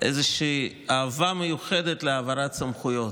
יש איזושהי אהבה מיוחדת להעברת סמכויות.